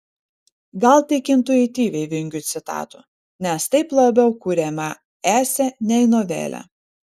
gal tik intuityviai vengiu citatų nes taip labiau kuriama esė nei novelė